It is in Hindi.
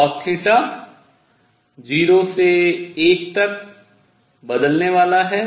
cosθ 0 से 1 तक बदलने वाला है